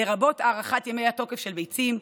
לרבות הארכת ימי התוקף של ביצים,